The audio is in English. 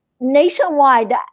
nationwide